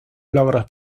logros